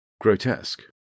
grotesque